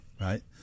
right